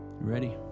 ready